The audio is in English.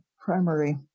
primary